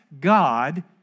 God